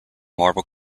marvel